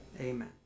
Amen